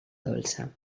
dolça